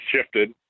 shifted